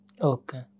okay